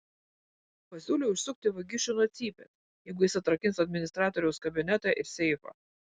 pasiūliau išsukti vagišių nuo cypės jeigu jis atrakins administratoriaus kabinetą ir seifą